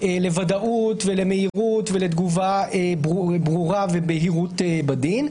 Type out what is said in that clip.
לוודאות ולמהירות ולתגובה ברורה ובהירות בדין.